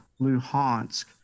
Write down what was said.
Luhansk